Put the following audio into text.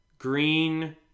Green